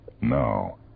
Now